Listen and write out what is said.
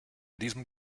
diesem